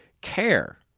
care